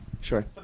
Sure